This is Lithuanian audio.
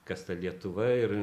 kas lietuva ir